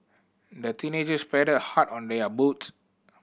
the teenagers paddled hard on their boats